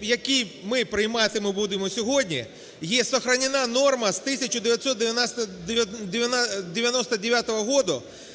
який ми приймати будемо сьогодні збережена норма з 1999 року